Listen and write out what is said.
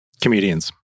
comedians